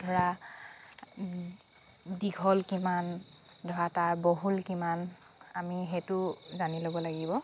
ধৰা দীঘল কিমান ধৰা তাৰ বহল কিমান আমি সেইটো জানি ল'ব লাগিব